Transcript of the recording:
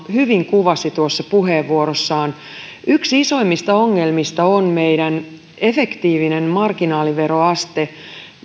hyvin kuvasi tuossa puheenvuorossaan yksi isoimmista ongelmista on meidän efektiivinen marginaaliveroaste